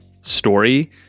story